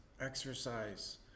Exercise